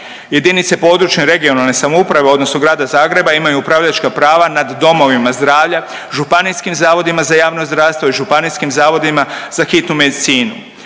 Jedinice područne, regionalne samouprave odnosno Grada Zagreba imaju upravljačka prava nad domovima zdravlja, županijskim zavodima za javno zdravstvo i županijskim zavodima za hitnu medicinu.